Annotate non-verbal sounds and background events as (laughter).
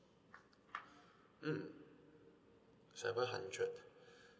mm seven hundred (breath)